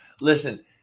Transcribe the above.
Listen